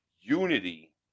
unity